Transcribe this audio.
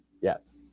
Yes